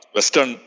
Western